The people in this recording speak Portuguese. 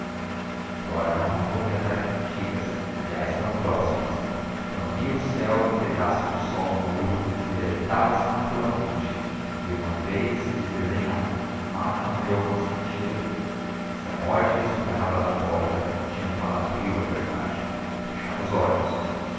flora não recorria a tais cantigas aliás tão próximas quando via o céu e um pedaço de sol no muro deleitava-se naturalmente e uma vez quis desenhar mas não lho consentiram se a morte a espiava da porta tinha um calefrio é verdade e fechava os olhos